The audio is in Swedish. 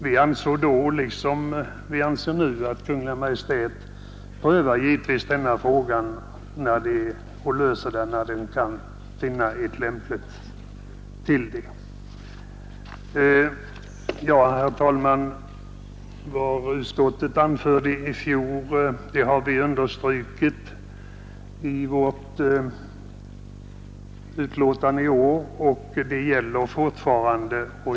Vi ansåg då, liksom vi anser nu, att Kungl. Maj:t givetvis prövar denna fråga och löser den vid lämpligt tillfälle. Herr talman! Vad utskottet anförde i fjol har vi understrukit i vårt betänkande i år och det gäller fortfarande.